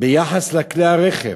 ביחס לכלי-הרכב,